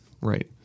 Right